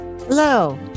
hello